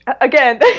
again